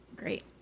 great